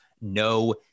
No